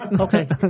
Okay